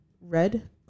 Red